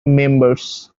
members